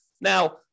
Now